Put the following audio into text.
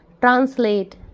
Translate